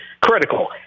critical